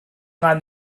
قند